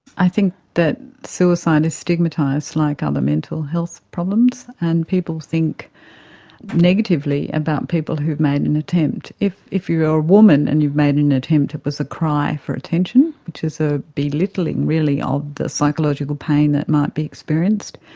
i think that suicide is stigmatised, like other mental health problems, and people think negatively about people who have made an attempt. if if you're a woman and you've made an attempt, it was a cry for attention, which is a belittling really of the psychological pain that might be experienced.